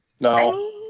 No